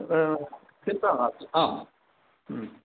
चिन्ता नास्ति आम्